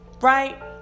right